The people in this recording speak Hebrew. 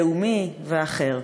לאומי ואחר.